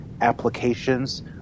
applications